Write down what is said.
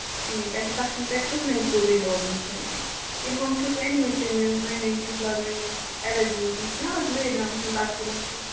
ٹھیٖک اَچھا تَتھ چھُو نہٕ تۄہہِ کٕہیٖنٛۍ کُلُے لوٚگمُت وۅنۍ کِنہٕ ہُم چھِس أنۍمٕتۍ یِم تِم أنٛدۍ أنٛدۍ چھِس لگان یِم اَیور گرٛیٖن تِم چھِناہ اَز نٔوۍ درٛامٕتۍ تِم لۄکٕٹی لۄکٕٹی